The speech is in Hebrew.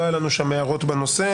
לא היו לנו שם הערות בנושא,